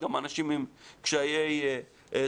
גם אנשים עם קשיי תנועה,